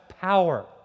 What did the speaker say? power